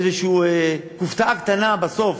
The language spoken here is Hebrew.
איזושהי כופתה קטנה, בסוף.